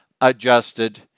adjusted